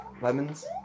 Lemons